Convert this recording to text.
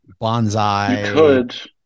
bonsai